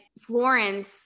Florence